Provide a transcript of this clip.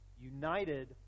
united